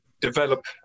develop